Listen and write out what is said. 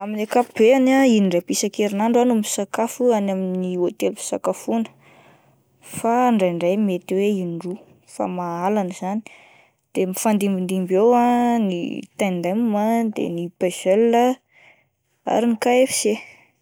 Amin'ny akapobeany ah indraipa isan-kerinandro aho no misakafo any amin'ny hotely fisakafoana fa ndraindray mety hoe indroa fa mahalana izany, de mifandimbindimby eo ah ny Tend'M, ny Puzzle ary ny KFC.